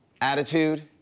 Attitude